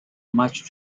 much